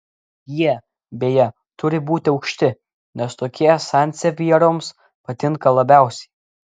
jie beje turi būti aukšti nes tokie sansevjeroms patinka labiausiai